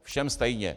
Všem stejně!